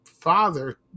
father